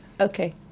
okay